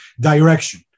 direction